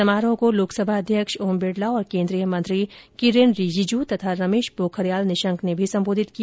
समारोह को लोकसभा अध्यक्ष ओम बिड़ला और केन्द्रीय मंत्री किरेन रिजिजू तथा रमेश पोखरियाल निशंक ने भी संबोधित किया